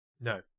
No